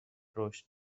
رشد